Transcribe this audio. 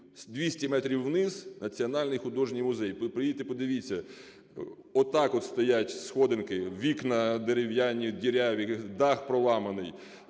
200 метрів вниз Національний художній музей ви приїдьте й подивіться. Отак от стоять сходинки, вікна дерев'яні, діряві, дах проламаний